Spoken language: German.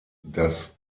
das